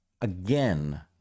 again